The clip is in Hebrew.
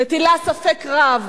מטילה ספק רב